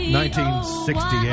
1968